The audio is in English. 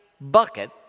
bucket